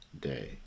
day